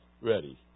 ready